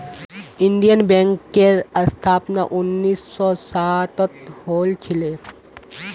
Indian बैंकेर स्थापना उन्नीस सौ सातत हल छिले